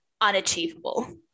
unachievable